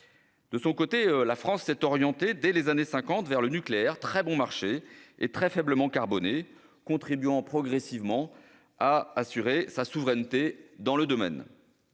De son côté, la France s'est orientée dès les années 1950 vers le nucléaire, très bon marché et très faiblement carboné, contribuant progressivement à assurer sa souveraineté dans le domaine.